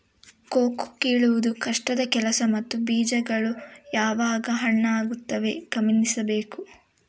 cocoa ಕೀಳುವುದು ಕಷ್ಟದ ಕೆಲಸ ಮತ್ತು ಬೀಜಗಳು ಯಾವಾಗ ಹಣ್ಣಾಗುತ್ತವೆ ಗಮನಿಸಬೇಕು